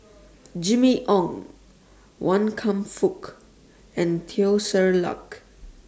Jimmy Ong Wan Kam Fook and Teo Ser Luck